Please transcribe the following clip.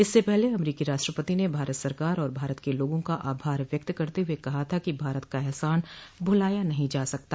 इससे पहले अमरीकी राष्ट्रपति ने भारत सरकार और भारत के लोगों का आभार व्यक्त करते हुए कहा था कि भारत का एहसान भुलाया नही जा सकता